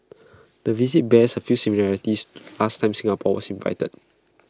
the visit bears A few similarities to ask time Singapore was invited